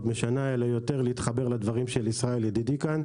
משנה אלא יותר להתחבר לדברים של ישראל ידידי כאן.